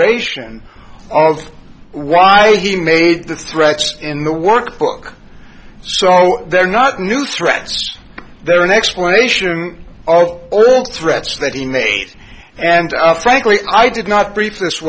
ation of why he made the threats in the workbook so they're not new threats they're an explanation of all threats that he made and frankly i did not br